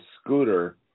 Scooter